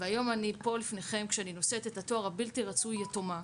והיום אני פה לפניכם כשאני נושאת את התואר הבלתי רצוי יתומה.